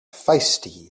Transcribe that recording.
feisty